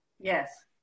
Yes